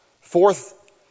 Fourth